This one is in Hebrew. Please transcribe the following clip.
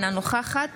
אינה נוכחת